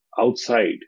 outside